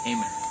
Amen